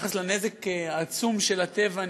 ביחס לנזק העצום של הטבע,